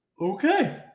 okay